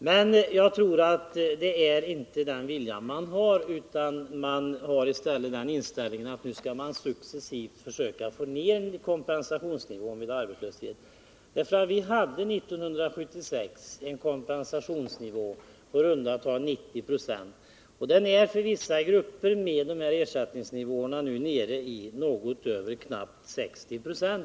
Men jag tror inte att man har den viljan, utan man har i stället inställningen att nu skall man successivt försöka få ner kompensationsnivån vid arbetslöshet. Vi hade 1976 en kompensationsnivå på i runt tal 90 70, och den är för vissa grupper med de här ersättningsnivåerna nere i knappt 60 26.